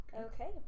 Okay